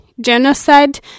Genocide